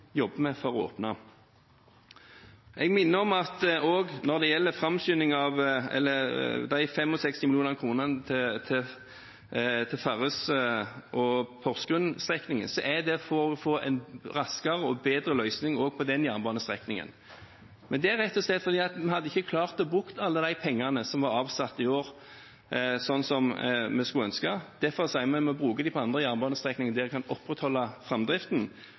jobber vi for å åpne. Jeg minner om at også når det gjelder de 65 mill. kr til Farris- og Porsgrunn-strekningen, er det for å få en raskere og bedre løsning også på den jernbanestrekningen. Det er rett og slett fordi vi ikke hadde klart å bruke alle de pengene som var avsatt i år, slik som vi skulle ønske. Derfor sier vi at vi må bruke dem på andre jernbanestrekninger, der vi kan opprettholde framdriften.